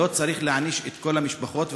לא צריך להעניש את כל המשפחות.